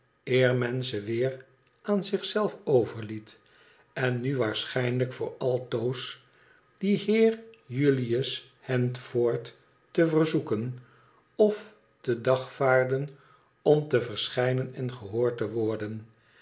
eer men ze weer aan zich zelf overliet en nu waarschijnlijk voor altoos dien heer julius handford te verzoeken ofte dagvaarden om te verschijnen en gehoord te worden